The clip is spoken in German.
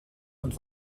und